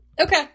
Okay